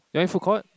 you want food-court